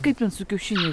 kaip ten su kiaušiniais